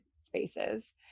spaces